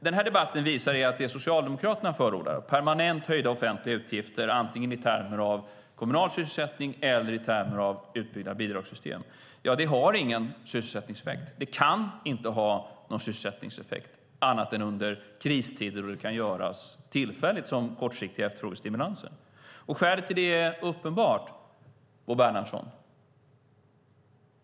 Den här debatten visar att det Socialdemokraterna förordar, permanent höjda offentliga utgifter antingen i termer av kommunal sysselsättning eller i termer av utbyggda bidragssystem, inte har någon sysselsättningseffekt. Det kan inte ha någon sysselsättningseffekt annat än under kristider då det kan göras tillfälligt som kortsiktiga efterfrågestimulanser. Skälet till det är uppenbart, Bo Bernhardsson.